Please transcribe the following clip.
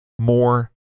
more